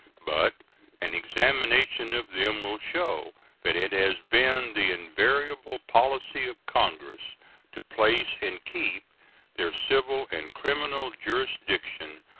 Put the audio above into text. but an examination of them will show that it has been the invariable policy of congress to place and keep their civil and criminal jurisdiction,